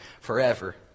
forever